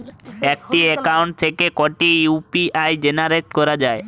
একটি অ্যাকাউন্ট থেকে কটি ইউ.পি.আই জেনারেট করা যায়?